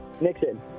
Nixon